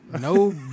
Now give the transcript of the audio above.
no